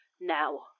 now